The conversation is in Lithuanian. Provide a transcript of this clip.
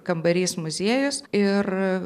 kambarys muziejus ir